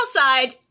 outside